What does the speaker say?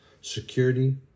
Security